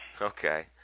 Okay